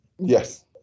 Yes